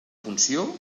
funció